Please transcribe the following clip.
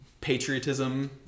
patriotism